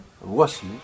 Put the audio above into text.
voici